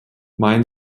mein